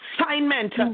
assignment